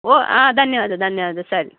ಓಹ್ ಆಂ ಧನ್ಯವಾದ ಧನ್ಯವಾದ ಸರಿ